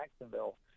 Jacksonville